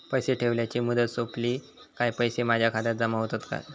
पैसे ठेवल्याची मुदत सोपली काय पैसे माझ्या खात्यात जमा होतात काय?